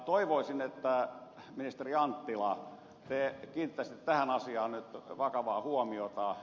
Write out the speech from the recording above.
toivoisin että te ministeri anttila kiinnittäisitte tähän asiaan nyt vakavaa huomiota